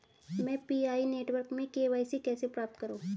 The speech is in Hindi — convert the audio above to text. मैं पी.आई नेटवर्क में के.वाई.सी कैसे प्राप्त करूँ?